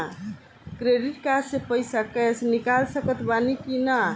Credit card से पईसा cash निकाल सकत बानी की ना?